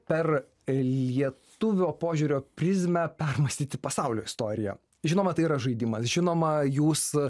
per lietuvio požiūrio prizmę permąstyti pasaulio istoriją žinoma tai yra žaidimas žinoma jūs